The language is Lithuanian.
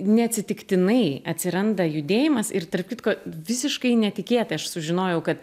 neatsitiktinai atsiranda judėjimas ir tarp kitko visiškai netikėtai aš sužinojau kad